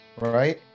right